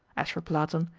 as for platon,